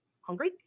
hungry